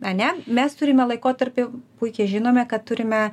ane mes turime laikotarpį puikiai žinome kad turime